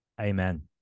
Amen